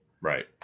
Right